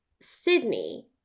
Sydney